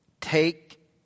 take